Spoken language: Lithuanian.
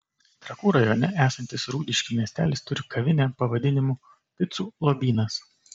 trakų rajone esantis rūdiškių miestelis turi kavinę pavadinimu picų lobynas